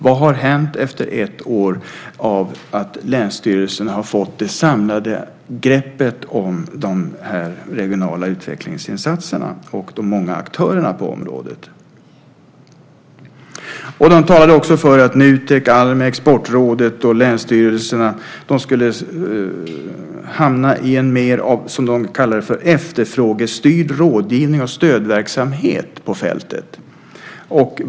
Vad har hänt efter ett år av att länsstyrelsen har fått det samlade greppet om de regionala utvecklingsinsatserna och de många aktörerna på området? De talade också för att Nutek, Almi, Exportrådet och länsstyrelserna skulle hamna i en mer, som de kallar det, efterfrågestyrd rådgivning och stödverksamhet på fältet.